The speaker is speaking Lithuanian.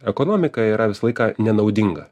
ekonomiką yra visą laiką nenaudinga